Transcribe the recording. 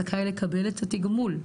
זכאי לקבל את התגמול.